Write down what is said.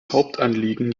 hauptanliegen